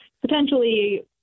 potentially